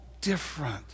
different